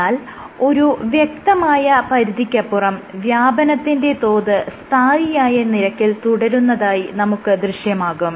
എന്നാൽ ഒരു വ്യക്തമായ പരിധിക്കപ്പുറം വ്യാപനത്തിന്റെ തോത് സ്ഥായിയായ നിരക്കിൽ തുടരുന്നതായി നമുക്ക് ദൃശ്യമാകും